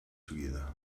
together